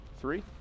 three